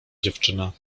dziewczyna